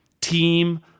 team